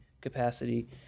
capacity